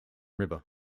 river